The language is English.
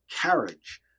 carriage